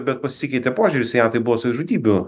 bet pasikeitė požiūris į ją tai buvo savižudybių